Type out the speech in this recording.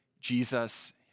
Jesus